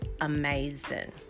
amazing